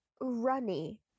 runny